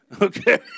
okay